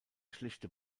schlichte